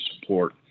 support